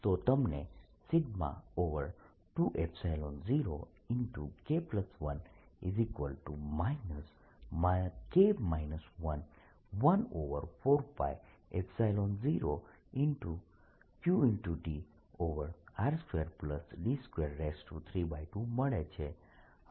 તો તમને 20K1 14π0qdr2d232 મળે છે